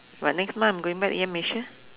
but next month I'm going back again Malaysia